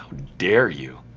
dare you?